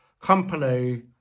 company